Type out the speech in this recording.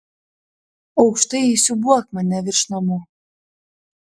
aukštai įsiūbuok mane virš namų